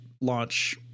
launch